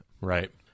Right